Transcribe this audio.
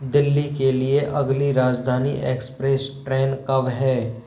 दिल्ली के लिए अगली राजदानी एक्सप्रेस ट्रेन कब है